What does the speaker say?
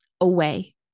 away